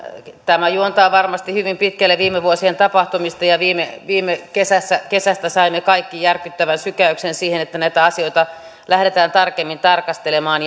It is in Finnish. tämä juontaa varmasti hyvin pitkälle viime vuosien tapahtumista ja viime viime kesästä kesästä saimme kaikki järkyttävän sykäyksen siihen että näitä asioita lähdetään tarkemmin tarkastelemaan